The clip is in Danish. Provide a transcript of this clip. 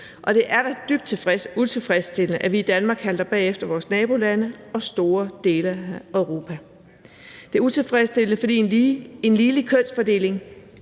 Og det er da dybt utilfredsstillende, at vi i Danmark halter bag efter vores nabolande og store dele af Europa. Det er utilfredsstillende, fordi en ligelig kønsfordeling